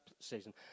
Season